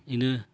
ᱤᱱᱟᱹ